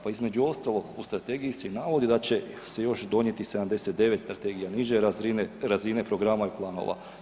Pa između ostalog u strategiji se i navodi da će se još donijeti 79 strategija niže razine programa i planova.